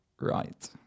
Right